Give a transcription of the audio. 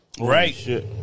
Right